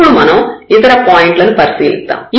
ఇప్పుడు మనం ఇతర పాయింట్లను పరిశీలిద్దాం